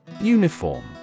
Uniform